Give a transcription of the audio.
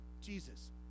Jesus